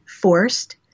forced